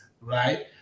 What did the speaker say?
right